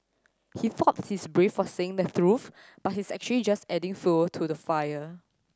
he thought he's brave for saying the truth but he's actually just adding fuel to the fire